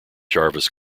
jarvis